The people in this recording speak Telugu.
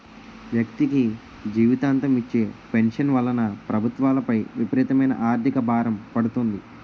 వ్యక్తికి జీవితాంతం ఇచ్చే పెన్షన్ వలన ప్రభుత్వాలపై విపరీతమైన ఆర్థిక భారం పడుతుంది